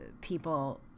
people